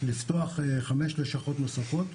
לפתוח חמש לשכות נוספות,